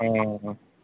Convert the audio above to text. অঁ